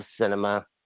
cinema